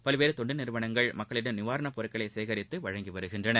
பல்வேறு தொண்டு நிறுவனங்கள் மக்களிடம் நிவாரண பொருட்களை சேகரித்து வழங்கி வருகின்றனர்